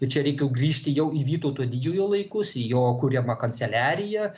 čia reiktų grįžti jau į vytauto didžiojo laikus į jo kuriamą kanceliariją